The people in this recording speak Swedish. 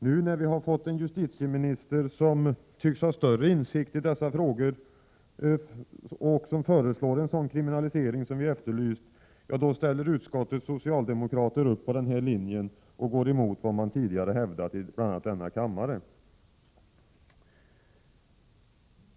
Nu, när vi har fått en justitieminister som tycks ha större insikt i dessa frågor och föreslår en sådan kriminalisering som vi har efterlyst, då ställer utskottets socialdemokrater upp på denna linje och går emot vad man tidigare hävdat i bl.a. denna kammare.